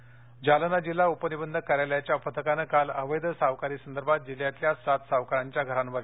कारवाई जालना जिल्हा उपनिबधक कार्यालयाच्या पथकानं काल अवैध सावकारीसंदर्भात जिल्ह्यातल्या सात सावकारांच्या घरावर छापे टाकले